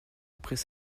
après